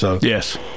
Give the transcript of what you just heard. Yes